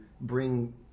bring